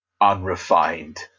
unrefined